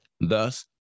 Thus